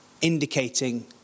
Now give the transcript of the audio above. Indicating